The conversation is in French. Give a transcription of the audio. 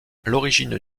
l’origine